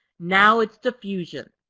now it's diffusion.